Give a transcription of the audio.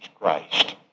Christ